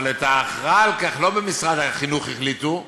אבל את ההכרעה על כך, לא במשרד החינוך החליטו.